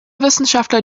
wissenschaftler